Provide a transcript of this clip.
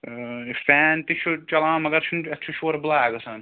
ٲں فین تہِ چھُ چَلان مگر چھُنہٕ اَتھ چھُ شورٕ بھَلایہ گژھان